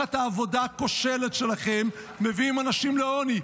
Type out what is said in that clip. תחת העבודה הכושלת שלכם, מביאים אנשים לעוני.